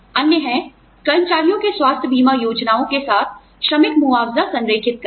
अन्य है कर्मचारियों के स्वास्थ्य बीमा योजनाओं के साथ श्रमिक मुआवजा संरेखित करना